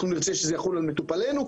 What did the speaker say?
אנחנו נרצה שזה יחול על המטופלים שלנו?